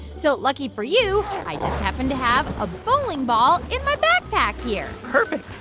so lucky for you, i just happen to have a bowling ball in my backpack here perfect.